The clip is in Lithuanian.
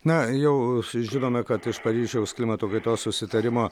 na jau žinome kad iš paryžiaus klimato kaitos susitarimo